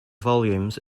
volumes